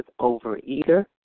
overeater